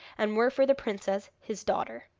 and were for the princess, his daughter.